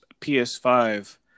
PS5